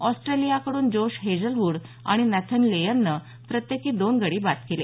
ऑस्ट्रेलियाकडून Josh Hazlewood आणि Nathan लेयननं प्रत्येकी दोन गडी बाद केले